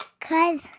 cause